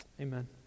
Amen